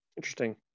interesting